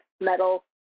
metal